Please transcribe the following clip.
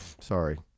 Sorry